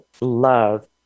love